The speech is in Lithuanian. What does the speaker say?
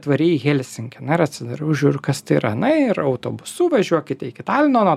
tvariai į helsinkį na ir atsidariau žiūriu kas tai yra na ir autobusu važiuokite iki talino nuo